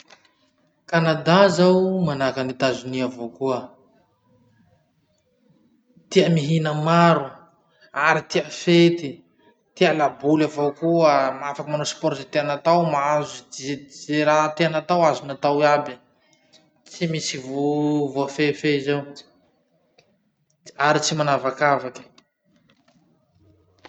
Canada zao manahaky an'i Etazonia avao koa. Tia mihina maro, ary tia fety, tia laboly avao koa, afaky manao sport ze tiany hatao, mahazo ze- ze- ze raha tiany hatao azony atao aby. Tsy misy vo- voafehifehy zao ary tsy manavakavaky.